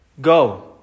Go